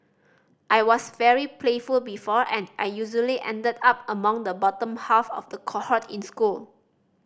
I was very playful before and I usually ended up among the bottom half of the cohort in school